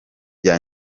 rya